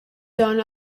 done